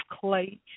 clay